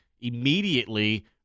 immediately